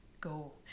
go